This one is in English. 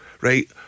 right